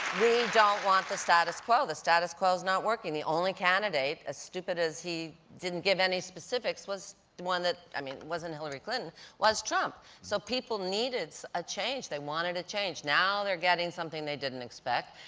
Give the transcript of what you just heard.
don't want the status quo. the status quo is not working. the only candidate, as stupid as he didn't get any specifics was one i mean wasn't hillary clinton was trump. so people needed a change. they wanted a change. now they're getting something they didn't expect.